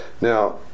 Now